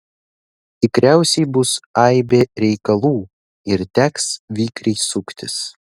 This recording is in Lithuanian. tikriausiai bus aibė reikalų ir teks vikriai suktis